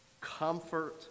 Comfort